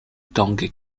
tang